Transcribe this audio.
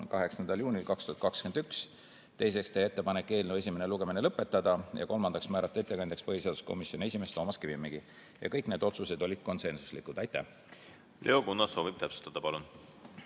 8. juuniks 2021. Teiseks, teha ettepanek eelnõu esimene lugemine lõpetada. Kolmandaks, määrata ettekandjaks põhiseaduskomisjoni esimees Toomas Kivimägi. Kõik need otsused olid konsensuslikud. Aitäh! Leo Kunnas soovib täpsustada. Palun!